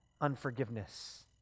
unforgiveness